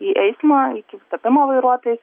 į eismą iki tapimo vairuotojais